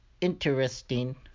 interesting